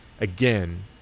again